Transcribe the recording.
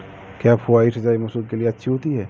क्या फुहारी सिंचाई मसूर के लिए अच्छी होती है?